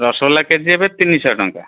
rasgulla KG ଏବେ ତିନିଶ ଟଙ୍କା